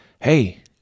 Hey